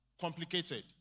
complicated